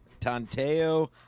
Tanteo